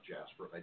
Jasper